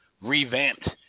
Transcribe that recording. revamped